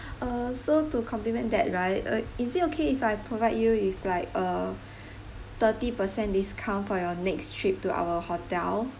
uh so to complement that right uh is it okay if I provide you if like a thirty percent discount for your next trip to our hotel